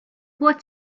what